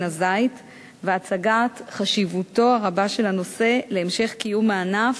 הזית והצגת חשיבותו הרבה של הנושא להמשך קיום הענף,